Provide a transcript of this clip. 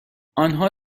آنها